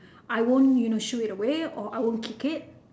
I won't you know shoo it away or I won't kick it